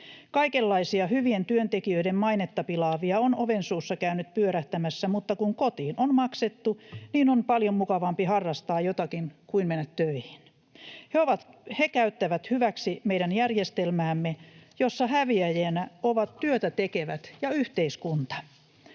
Kaikenlaisia hyvien työntekijöiden mainetta pilaavia on ovensuussa käynyt pyörähtämässä, mutta kun kotiin on maksettu, niin on paljon mukavampi harrastaa jotakin kuin mennä töihin. He käyttävät hyväksi meidän järjestelmäämme, jossa häviäjinä ovat työtä tekevät ja yhteiskunta.